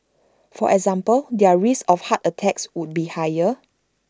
for example their risk of heart attacks would be higher